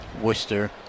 Worcester